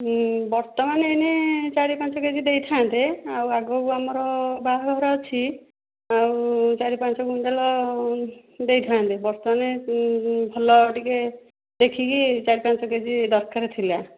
ବର୍ତ୍ତମାନ ଏଇନେ ଚାରି ପାଞ୍ଚ କେଜି ଦେଇଥାନ୍ତେ ଆଉ ଆଗକୁ ଆମର ବାହାଘର ଅଛି ଆଉ ଚାରି ପାଞ୍ଚ କୁଇଣ୍ଟାଲ ଦେଇଥାନ୍ତେ ବର୍ତ୍ତମାନ ଭଲ ଟିକେ ଦେଖିକି ଚାରି ପାଞ୍ଚ କେଜି ଦରକାର ଥିଲା